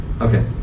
Okay